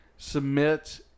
Submit